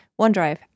OneDrive